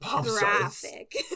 Graphic